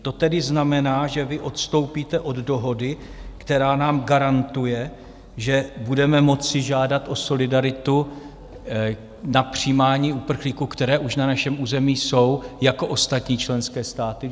To tedy znamená, že vy odstoupíte od dohody, která nám garantuje, že budeme moci žádat o solidaritu na přijímání uprchlíků, kteří už na našem území jsou, jako ostatní členské státy.